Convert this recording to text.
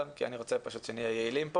אני רוצה שנהיה יעילים פה,